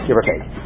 okay